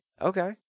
Okay